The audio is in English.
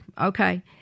okay